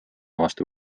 vastu